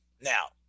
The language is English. Now